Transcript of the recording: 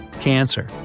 Cancer